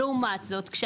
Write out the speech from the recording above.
לעומת זאת, אנחנו